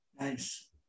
Nice